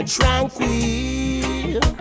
Tranquil